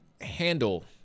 handle